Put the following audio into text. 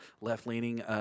left-leaning